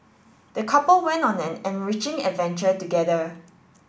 the couple went on an enriching adventure together